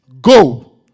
Go